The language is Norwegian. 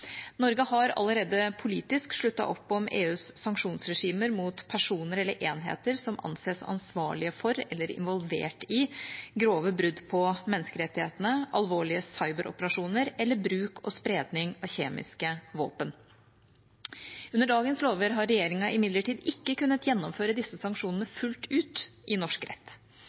Norge har allerede politisk sluttet opp om EUs sanksjonsregimer mot personer eller enheter som anses ansvarlige for eller involvert i grove brudd på menneskerettighetene, alvorlige cyberoperasjoner eller bruk og spredning av kjemiske våpen. Under dagens lover har regjeringa imidlertid ikke kunnet gjennomføre disse sanksjonene fullt ut i norsk rett.